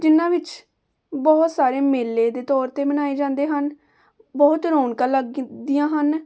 ਜਿਨ੍ਹਾਂ ਵਿੱਚ ਬਹੁਤ ਸਾਰੇ ਮੇਲੇ ਦੇ ਤੌਰ 'ਤੇ ਮਨਾਏ ਜਾਂਦੇ ਹਨ ਬਹੁਤ ਰੋਣਕਾਂ ਲੱਗਦੀਆਂ ਹਨ